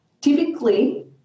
Typically